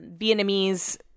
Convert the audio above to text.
Vietnamese